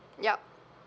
yup